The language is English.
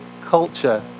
culture